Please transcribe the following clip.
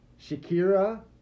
Shakira